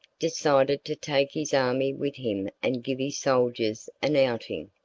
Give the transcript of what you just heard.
decided to take his army with him and give his soldiers an outing.